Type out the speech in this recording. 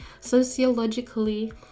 sociologically